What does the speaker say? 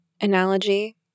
analogy